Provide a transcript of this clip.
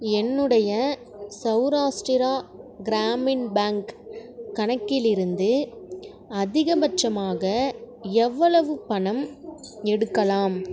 என்னுடைய சௌராஷ்ட்டிரா கிராமின் பேங்க் கணக்கில் இருந்து அதிகபட்சமாக எவ்வளவு பணம் எடுக்கலாம்